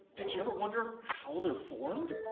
did you ever wonder how they're formed?